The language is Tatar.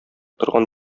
торган